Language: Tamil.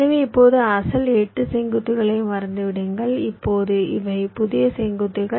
எனவே இப்போது அசல் 8 செங்குத்துகளை மறந்து விடுங்கள் இப்போது இவை புதிய செங்குத்துகள்